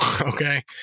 Okay